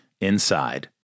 inside